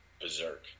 berserk